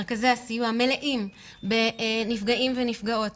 מרכזי הסיוע מלאים בנפגעים ונפגעות,